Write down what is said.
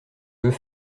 veux